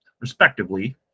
Respectively